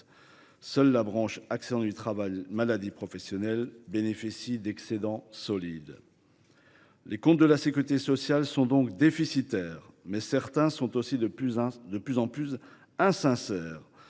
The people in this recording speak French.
Seule la branche accidents du travail maladies professionnelles bénéficie d’excédents solides. Les comptes de la sécurité sociale sont donc déficitaires, mais certains sont aussi de plus en plus insincères.